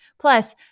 Plus